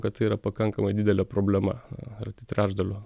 kad tai yra pakankamai didelė problema arti trečdalio